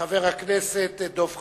חבר הכנסת דב חנין,